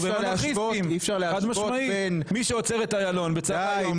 מי שעוצר את איילון, הוא אנרכיסט.